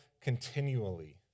continually